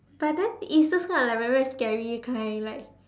but then it's those kind of like very very scary kind like